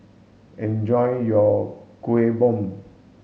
enjoy your Kuih Bom